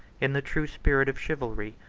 in the true spirit of chivalry,